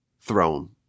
throne